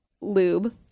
lube